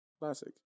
classic